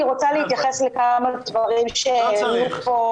אני רוצה להתייחס לכמה דברים שעלו פה,